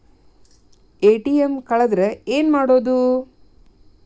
ATM ಕಳದ್ರ ಏನು ಮಾಡೋದು?